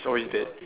is always dead